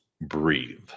breathe